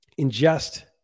ingest